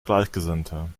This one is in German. gleichgesinnte